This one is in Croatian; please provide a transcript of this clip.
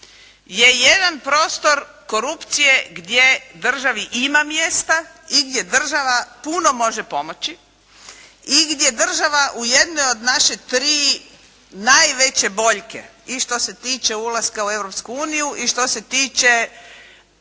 je jedan prostor korupcije gdje državi ima mjesta i gdje država puno može pomoći, i gdje država u jednoj od naše tri najveće boljke, i što se tiče ulaska u Europsku Uniju i što se tiče